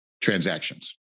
transactions